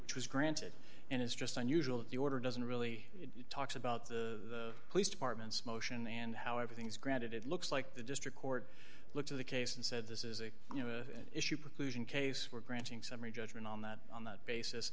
which was granted and it's just unusual the order doesn't really it talks about the police departments motion and how everything is granted it looks like the district court looks at the case and said this is a you know issue preclusion case we're granting summary judgment on that on that basis